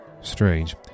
Strange